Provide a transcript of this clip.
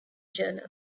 journal